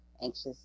anxious